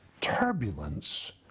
Turbulence